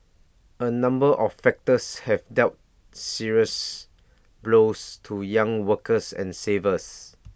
A number of factors have dealt serious blows to young workers and savers